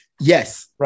Yes